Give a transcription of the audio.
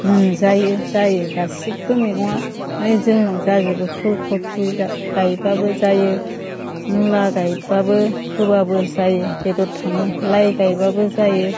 मोनजायो जायो गासिबो मैगङा मानि जोंनाव जाजोबो फुल खफि गायब्लाबो जायो मुला गायबाबो फोबाबो जायो बेदर थाङो लाइ गायबाबो जायो